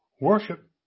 worship